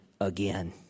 again